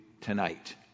tonight